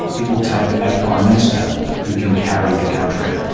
it will take a prime minister who can carry the country.